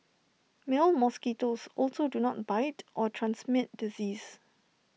male mosquitoes also do not bite or transmit disease